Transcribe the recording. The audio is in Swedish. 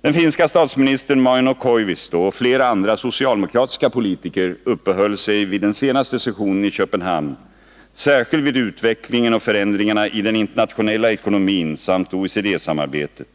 Den finska statsministern Mauno Koivisto och flera andra socialdemokratiska politiker uppehöll sig vid den senaste sessionen i Köpenhamn särskilt vid utvecklingen och förändringarna i den internationella ekonomin samt OECD-samarbetet.